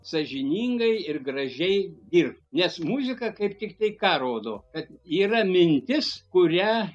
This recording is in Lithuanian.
sąžiningai ir gražiai ir nes muzika kaip tik tai ką rodo kad yra mintis kurią